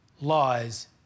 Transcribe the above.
lies